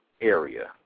area